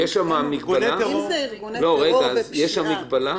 זאת ההצעה הממשלתית.